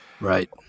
Right